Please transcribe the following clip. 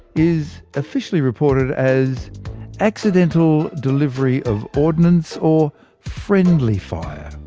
is officially reported as accidental delivery of ordinance, or friendly fire.